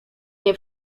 nie